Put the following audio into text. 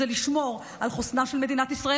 והיא לשמור על חוסנה של מדינת ישראל